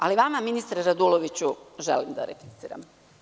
Ali vama, ministre Raduloviću, želim da repliciram.